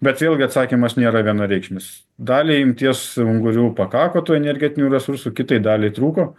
bet vėlgi atsakymas nėra vienareikšmis daliai imties ungurių pakako tų energetinių resursų kitai daliai trūko